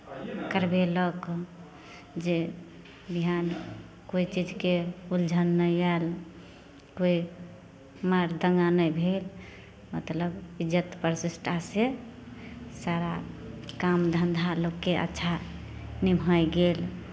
करबयलक जे विहान कोइ चीजके उलझन नहि आयल कोइ मारि दङ्गा नहि भेल मतलब इज्जत प्रतिष्ठासँ सारा काम धन्धा लोकके अच्छा निभाए गेल